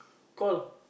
call